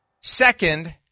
second